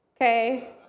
okay